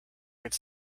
could